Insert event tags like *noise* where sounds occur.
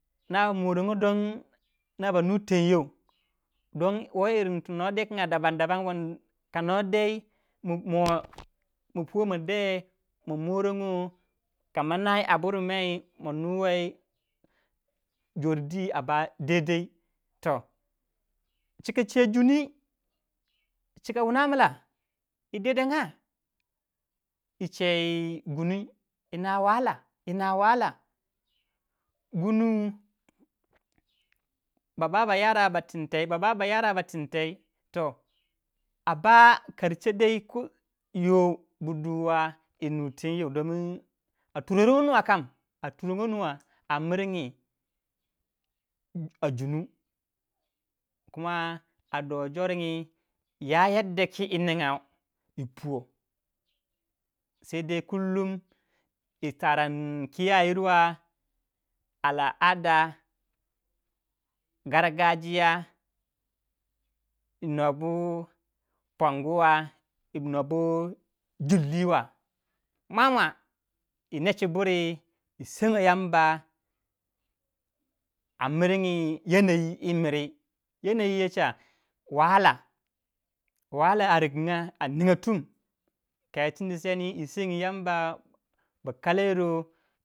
Non ba *unintelligible* noh ba nu teng you, don woyi yirin tu noh dei na daman daman kai noh dei ma puwo made ma *unintelligible* kama nai a burmai ma nuwai jor dwi a ba dedei. chika chei junduyi chika wu na mla yi dendenga yi chei gundui yi na *unintelligible* gundu ba ba bayara ba tintei ba ba yara ba tintei. a ba *unintelligible* yoh bu duwa yinu tenyeu domin a turongo nuwa kam a miringi jundu. a doh joringi ya yada ki yi ningoau yi puwo yi saidai kullum yi taran kiyayir wa *unintelligible* *unintelligible* noh bu pongu wa, nobu juldi wa. mwa mwa yi necha buri yi sengo yamba a mir ngi *unintelligible* a ninga tum kayi sindi sendi yi sengi yamba ba kalaiyiro yi gundu.